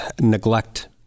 neglect